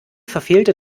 verfehlte